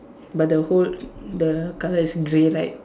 but the whole the colour is grey right